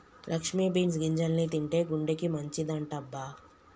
Lakshmi beans గింజల్ని తింటే గుండెకి మంచిదంటబ్బ